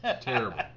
Terrible